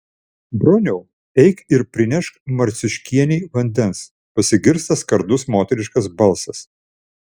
broniau eik ir prinešk marciuškienei vandens pasigirsta skardus moteriškas balsas